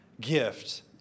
gift